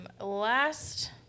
last